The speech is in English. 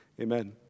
Amen